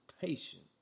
patient